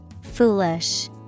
Foolish